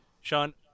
Sean